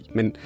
Men